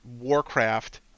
Warcraft